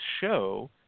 show